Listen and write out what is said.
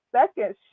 second